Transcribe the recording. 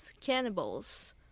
cannibals